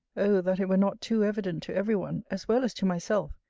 o that it were not too evident to every one, as well as to myself,